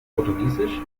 portugiesisch